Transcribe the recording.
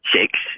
six